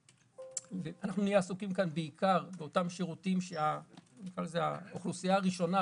שנהיה עסוקים בעיקר באותם שירותים שהאוכלוסייה הראשונה,